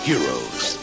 Heroes